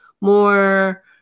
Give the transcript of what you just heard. more